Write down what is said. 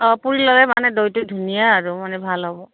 অঁ পুৰি ল'লে মানে দৈটো ধুনীয়া আৰু মানে ভাল হ'ব